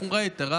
בחומרה יתרה".